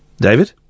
David